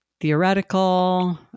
theoretical